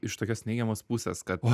iš tokios neigiamos pusės kad